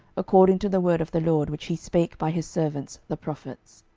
according to the word of the lord, which he spake by his servants the prophets.